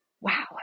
wow